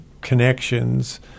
connections